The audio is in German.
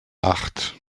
acht